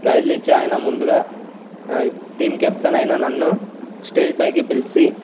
price నిచ్ఛాయన ముందుగా team captain అయిన నన్ను స్టేజి పైకి పిలిచి